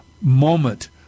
moment